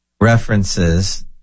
references